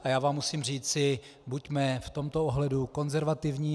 A já vám musím říci: buďme v tomto ohledu konzervativní.